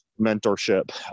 mentorship